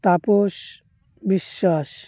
Tapas Biswas